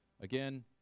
Again